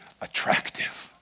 attractive